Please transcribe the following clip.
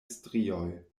strioj